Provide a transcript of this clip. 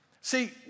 See